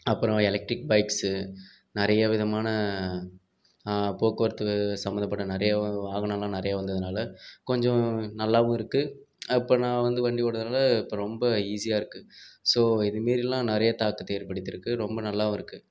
அப்புறம் electric bikes நிறையா விதமான போக்குவரத்து சம்மந்தப்பட்ட நிறையா வாகனம்லாம் நிறையா வந்ததுனால் கொஞ்சம் நல்லாவும் இருக்குது அப்போ நான் வந்து வண்டி ஓட்டாதனால் இப்போ ரொம்ப ஈஸியாருக்கு ஸோ இதுமாரிலாம் நிறையா தாக்கத்தை ஏற்படுத்திருக்கு ரொம்ப நல்லாவும் இருக்குது